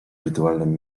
rytualnym